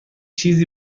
چیزی